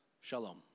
Shalom